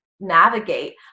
navigate